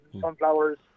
sunflowers